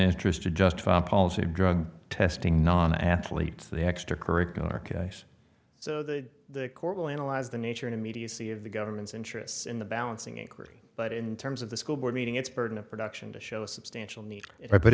interest to justify a policy of drug testing non athletes the extracurricular case so the court will analyze the nature immediacy of the government's interests in the balancing angry but in terms of the school board meeting its burden of production to show a substantial ne